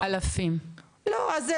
ואני רוצה